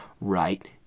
right